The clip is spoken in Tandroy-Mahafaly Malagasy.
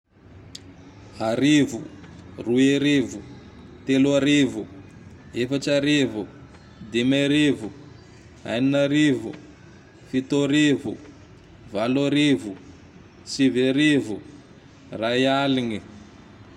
Arivo, roerivo, telo arivo, efatry arivo, dimy arivo, enina arivo, fito arivo, valo arivo, sivy arivo, ray aligne.